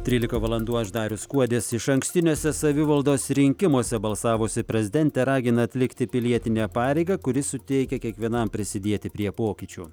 trylika valandų aš darius kuodis išankstiniuose savivaldos rinkimuose balsavusi prezidentė ragina atlikti pilietinę pareigą kuri suteikia kiekvienam prisidėti prie pokyčių